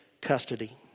custody